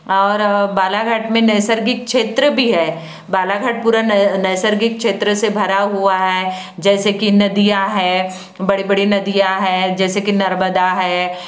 और बालाघाट मे नैसर्गिक क्षेत्र भी है बालाघाट पूरा नैसर्गिक क्षेत्र से भरा हुआ है जैसे कि नदियाँ है बड़ी बड़ी नदियाँ हैं जैसे कि नर्मदा है